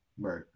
Right